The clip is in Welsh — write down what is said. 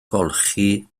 golchi